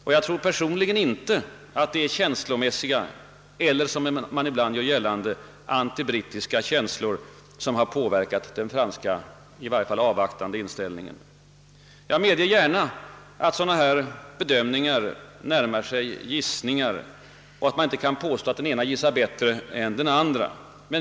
Och personligen tror jag inte att det — som ibland görs gällande — är antibrittiska känslor eller över huvud taget känslomässigt betingade synpunkter som påverkat den franska i varje fall avvaktande inställningen, Jag medger gärna att sådana här bedömningar närmar sig gissningar och att man inte kan påstå att den ena gissar bättre än den andra.